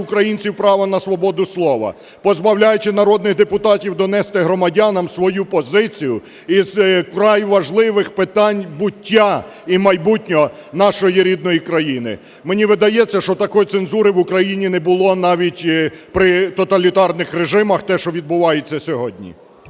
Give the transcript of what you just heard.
українців права на свободу слова, позбавляючи народних депутатів донести громадянам свою позицію із вкрай важливих питань буття і майбутнього нашої рідної країни. Мені видається, що такої цензури в Україні не було навіть при тоталітарних режимах – те, що відбувається сьогодні.